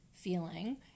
Feeling